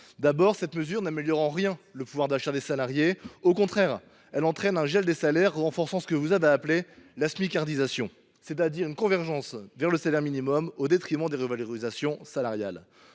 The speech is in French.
D’abord, cette mesure n’améliorera en rien le pouvoir d’achat des salariés. Au contraire, elle entraînera un gel des salaires renforçant ce que vous avez appelé la « smicardisation », c’est à dire une convergence vers le salaire minimum au détriment des revalorisations salariales.